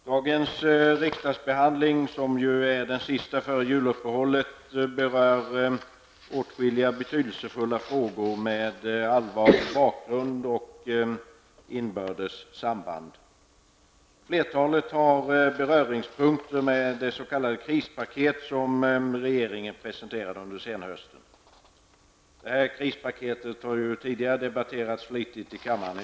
Herr talman! Dagens riksdagsbehandling, som är den sista före juluppehållet, berör åtskilliga betydelsefulla frågor med allvarlig bakgrund och inbördes samband. Flertalet har beröringspunkter med det s.k. krispaket som regeringen presenterat under senhösten. Krispaketet har tidigare i dag debatterats flitigt i kammaren.